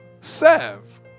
serve